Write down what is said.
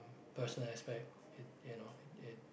personal aspect it you know it